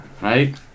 Right